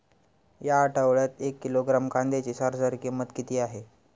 या आठवड्यात एक किलोग्रॅम कांद्याची सरासरी किंमत किती आहे?